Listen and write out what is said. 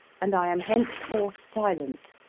and i am henceforth silent.